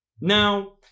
Now